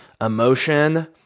emotion